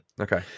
Okay